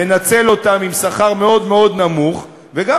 לנצל אותם עם שכר מאוד מאוד נמוך וגם